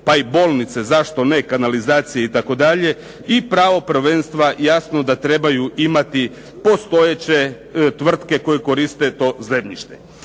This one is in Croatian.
pa i bolnice, zašto ne, kanalizacije itd. i pravo prvenstva jasno da trebaju imati postojeće tvrtke koje koriste to zemljište.